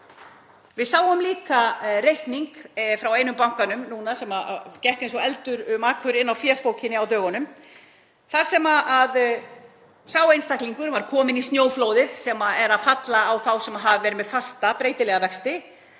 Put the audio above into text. Við sáum líka reikning frá einum bankanum núna sem gekk eins og eldur í sinu um Akureyri á fésbókinni á dögunum þar sem sá einstaklingur var kominn í snjóflóðið sem er að falla á þá sem hafa verið með fasta breytilega vexti.